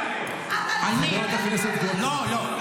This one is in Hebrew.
לא.